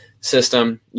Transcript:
system